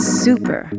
super